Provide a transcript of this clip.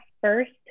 first